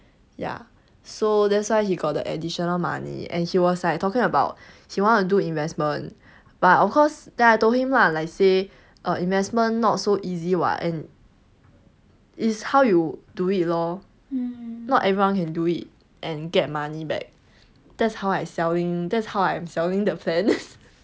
ya so that's why he got the additional money and he was like talking about he wanna do investment but of course then I told him ah like say err investment not so easy [what] and is how you do it lor not everyone can do it and get money back that's how I selling that's how I am selling the plans